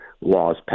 laws